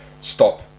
stop